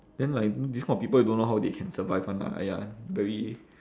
then like this kind of people don't know how they can survive [one] lah !aiya! very